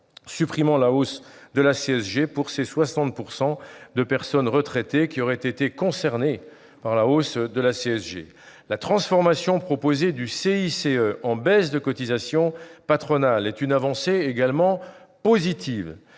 supprimer la hausse de la CSG pour les 60 % de personnes retraitées qui auraient été concernées par cette augmentation. La transformation proposée du CICE en baisse de cotisations patronales est une autre avancée positive.